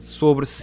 sobre